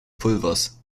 pulvers